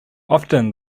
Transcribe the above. often